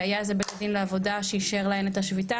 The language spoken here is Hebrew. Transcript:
והיה על זה בית הדין לעבודה שאישר להן את השביתה,